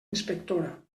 inspectora